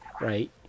right